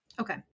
Okay